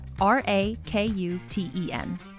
R-A-K-U-T-E-N